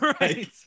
right